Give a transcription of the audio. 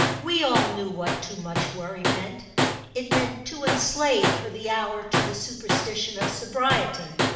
we all knew what too much worry meant it meant too enslaved for the hour to the superstition of sobriety.